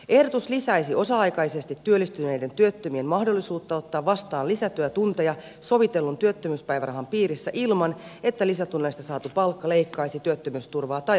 ehdotus lisäisi osa aikaisesti työllistyneiden työttömien mahdollisuutta ottaa vastaan lisätyötunteja sovitellun työttömyyspäivärahan piirissä ilman että lisätunneista saatu palkka leikkaisi työttömyysturvaa tai asumistukea